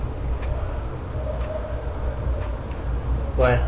what